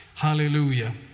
Hallelujah